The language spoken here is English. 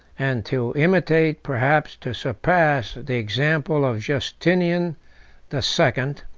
and to imitate, perhaps to surpass, the example of justinian the second,